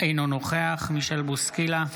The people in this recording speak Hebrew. אינו נוכח מישל בוסקילה,